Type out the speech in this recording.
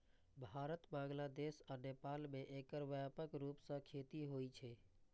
भारत, बांग्लादेश आ नेपाल मे एकर व्यापक रूप सं खेती होइ छै